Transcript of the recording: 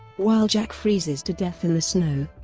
while jack freezes to death in the snow.